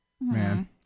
Man